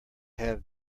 have